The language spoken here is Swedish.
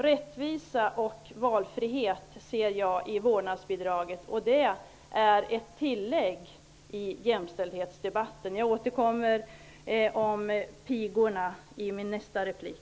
Rättvisa och valfrihet ser jag i vårdnadsbidraget. Jag återkommer till pigorna i min nästa replik.